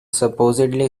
supposedly